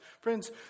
Friends